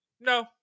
no